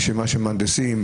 רשימה של מהנדסים,